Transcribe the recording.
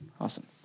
awesome